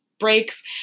breaks